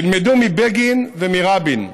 תלמדו מבגין ומרבין,